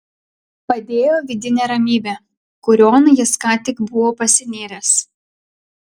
padėjo vidinė ramybė kurion jis ką tik buvo pasinėręs